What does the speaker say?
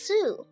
Sue